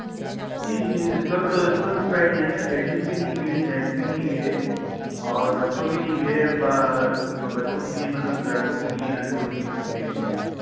جی جی جی سب سب ورائٹی ہیں لیڈیز کے لییں بھی ہے جینٹس کے لی بھی ہے اور بچوں کے لی بھی ہے بچوں کے لیے مطلب لڑکوں کے لی ہے لڑکیوں کے لی سب کے ن ہے